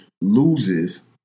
loses